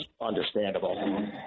understandable